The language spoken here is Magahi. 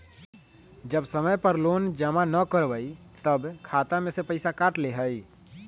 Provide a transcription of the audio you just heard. जब समय पर लोन जमा न करवई तब खाता में से पईसा काट लेहई?